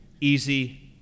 easy